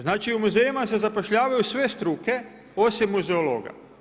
Znači u muzejima se zapošljavaju sve struke osim muzejologa.